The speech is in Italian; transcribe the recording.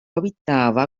abitava